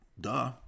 Duh